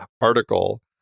article